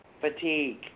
fatigue